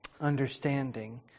understanding